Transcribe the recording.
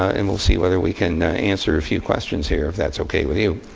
ah and we'll see whether we can answer a few questions here if that's ok with you.